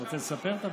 רוצה לספר את הבדיחה?